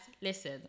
listen